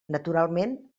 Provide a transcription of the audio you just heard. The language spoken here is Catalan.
naturalment